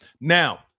Now